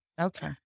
Okay